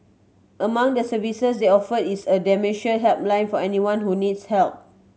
among the services they offer is a dementia helpline for anyone who needs help